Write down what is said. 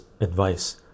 advice